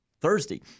thursday